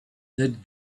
that